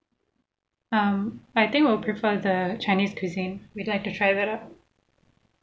um I think we prefer the chinese cuisine we'd like to try that out